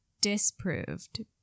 Disproved